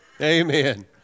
amen